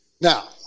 Now